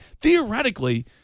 theoretically